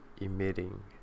emitting